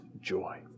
joy